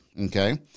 okay